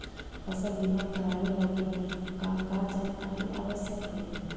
फसल बीमा करावे लगी का का जानकारी आवश्यक हइ?